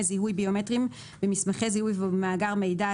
זיהוי ביומטריים במסמכי זיהוי ובמאגר מידע,